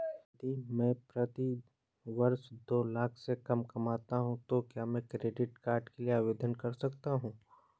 यदि मैं प्रति वर्ष दो लाख से कम कमाता हूँ तो क्या मैं क्रेडिट कार्ड के लिए आवेदन कर सकता हूँ?